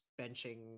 benching